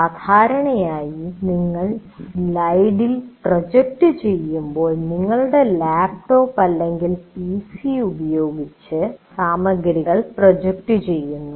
സാധാരണയായി നിങ്ങൾ സ്ലൈഡിൽ പ്രൊജക്റ്റ് ചെയ്യുമ്പോൾ നിങ്ങളുടെ ലാപ്ടോപ്പ് അല്ലെങ്കിൽ പിസി ഉപയോഗിച്ച് സാമഗ്രികൾ പ്രൊജക്റ്റു ചെയ്യുന്നു